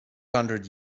hundred